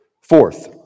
Fourth